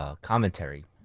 Commentary